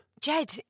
Jed